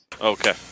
okay